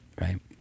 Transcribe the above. right